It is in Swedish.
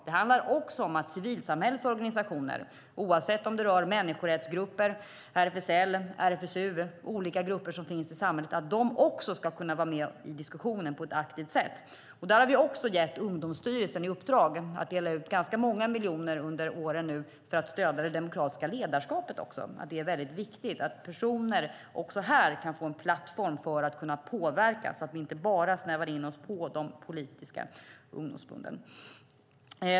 Det handlar också om att civilsamhällets organisationer, oavsett om det rör människorättsgrupper, RSFL, RSFU eller andra grupper som finns i samhället, ska kunna vara med i diskussionen på ett aktivt sätt. Vi har gett Ungdomsstyrelsen i uppdrag att dela ut ganska många miljoner under åren för att stödja det demokratiska ledarskapet. Det är viktigt att personer också här kan få en plattform för att kunna påverka så att vi inte bara snävar in oss på de politiska ungdomsförbunden.